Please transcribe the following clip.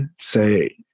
say